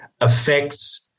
affects